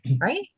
Right